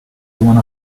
one